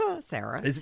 Sarah